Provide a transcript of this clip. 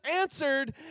answered